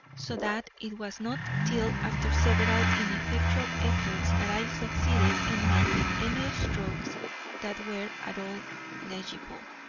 so that it was not till after several ineffectual efforts that i succeeded in making any strokes that were at all legible.